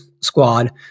squad